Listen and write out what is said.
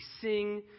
sing